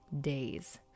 days